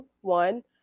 one